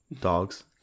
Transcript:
dogs